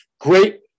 Great